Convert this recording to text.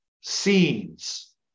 scenes